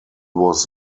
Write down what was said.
was